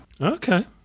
Okay